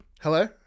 Hello